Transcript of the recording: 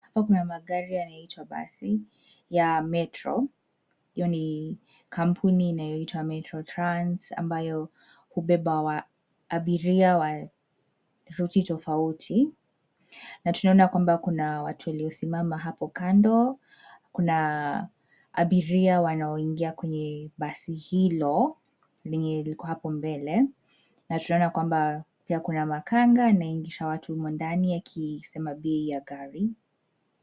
Hapa kuna magari yanaitwa basi ya metro, hio ni kampuni inayoitwa metro trans ambayo hubeba abiria wa routi tofauti na tunaona kwamba kuna watu waliosimama hapo kando. Kuna abiria wanaoingia kwenye basi hilo lenye liko hapo mbele na tunaona kwamba kuna makanga anayeingisha watu huko ndani akisema bei ya gari.